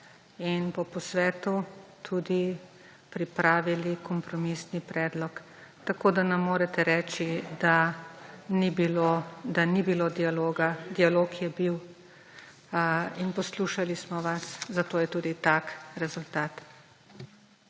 in po posvetu tudi pripravili kompromisni predlog. Tako ne morete reči, da ni bilo dialoga. Dialog je bil. In poslušali smo vas, zato je tudi tak rezultat.